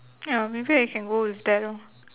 ya maybe I can go with that lor